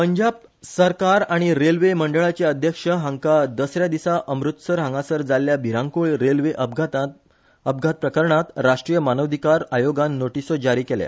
पंजाब सरकार आनी रेल्वे मंडळाचे अध्यक्ष हांका दस यादिसा अमृतसर हांगासर जाल्ल्या भिरांक्रळ रेल्वे अपघात प्रकरणात राष्ट्रीय मानवाधिकार आयोगान नोटीसो जारी केल्या